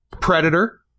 Predator